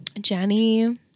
Jenny